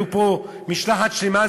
הייתה פה משלחת שלמה,